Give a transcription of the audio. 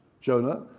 Jonah